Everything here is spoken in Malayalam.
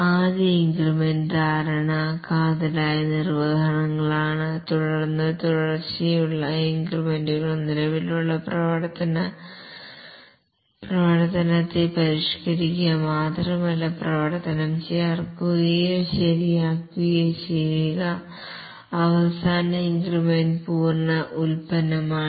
ആദ്യ ഇൻക്രിമെന്റ് സാധാരണ കാതലായ നിർവഹണങ്ങളാണ് തുടർന്ന് തുടർച്ചയായുള്ള ഇൻക്രിമെന്റുകൾ നിലവിലുള്ള പ്രവർത്തനത്തെ പരിഷ്കരിക്കുക മാത്രമല്ല പ്രവർത്തനം ചേർക്കുകയോ ശരിയാക്കുകയോ ചെയ്യുക അവസാന ഇൻക്രിമെന്റ് പൂർണ്ണ ഉൽപ്പന്നമാണ്